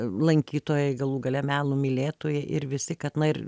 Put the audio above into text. lankytojai galų gale meno mylėtojai ir visi kad na ir